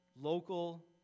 local